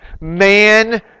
Man